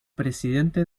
presidente